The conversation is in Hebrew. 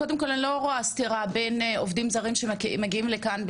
קודם כל אני לא רואה סתירה בין עובדים זרים שמגיעים לכאן,